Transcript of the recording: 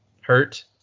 hurt